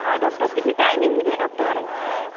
आं डॉक्टर कितलो टायमिंग कितलो डॉक्टर